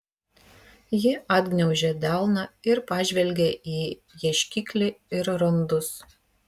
ji atgniaužė delną ir pažvelgė į ieškiklį ir randus